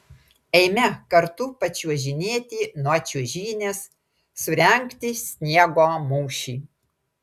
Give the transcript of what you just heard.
eime kartu pačiuožinėti nuo čiuožynės surengti sniego mūšį